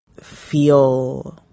feel